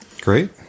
great